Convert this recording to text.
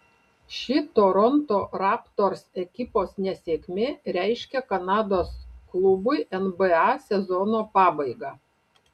ši toronto raptors ekipos nesėkmė reiškia kanados klubui nba sezono pabaigą